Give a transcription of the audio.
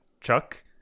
Chuck